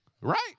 Right